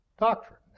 doctrine